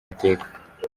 mateka